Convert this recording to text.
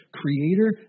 creator